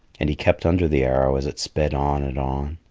and he kept under the arrow as it sped on and on.